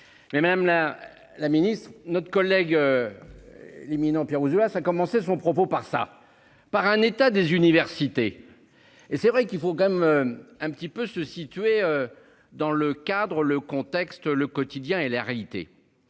Mais même là la ministre notre collègue. L'éminent Pierre Ouzoulias. Ça a commencé son propos par ça par un état des universités. Et c'est vrai qu'il faut quand même un petit peu se situer. Dans le cadre le contexte le quotidien et la réalité.